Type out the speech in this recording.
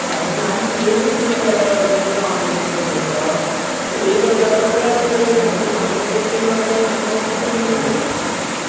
सारन हांवें पयरूच गेल्लो हांव ताचे कडेन घेवपाक ते एक हजार रुपया रेट आसा पूण म्हज्या वळखीक लागून ताणे मगो म्हाका मातशी कमी धरलली कमी दिल्ले